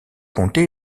comté